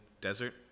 desert